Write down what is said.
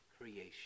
creation